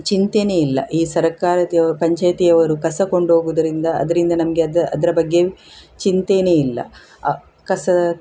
ಚಿಂತೆಯೇ ಇಲ್ಲ ಈ ಸರಕಾರದವ್ ಪಂಚಾಯಿತಿಯವರು ಕಸ ಕೊಂಡೋಗುವುದರಿಂದ ಅದರಿಂದ ನಮಗೆ ಅದು ಅದರ ಬಗ್ಗೆ ಚಿಂತೆನೇ ಇಲ್ಲ ಕಸ